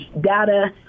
data